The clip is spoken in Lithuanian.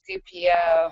kaip jie